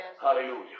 Hallelujah